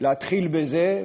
להתחיל בזה.